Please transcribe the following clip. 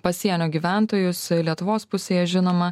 pasienio gyventojus lietuvos pusėje žinoma